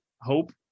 hope